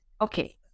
Okay